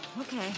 Okay